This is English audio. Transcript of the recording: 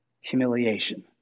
humiliation